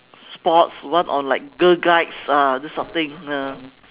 sports one or like girl guides ah this sort of thing ah